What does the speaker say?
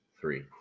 three